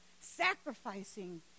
sacrificing